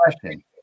question